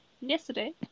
Yesterday